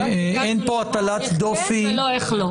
אין פה הטלת דופי ----- איך כן ולא איך לא.